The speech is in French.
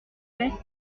veste